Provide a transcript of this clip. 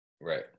right